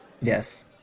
yes